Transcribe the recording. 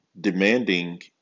demanding